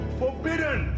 forbidden